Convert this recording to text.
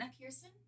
Pearson